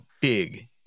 big